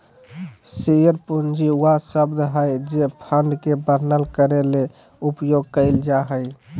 share पूंजी वह शब्द हइ जे फंड के वर्णन करे ले उपयोग कइल जा हइ